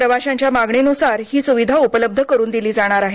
प्रवाशांच्या मागणीन्सारच ही सुविधा उपलब्ध करून दिली जाणार आहे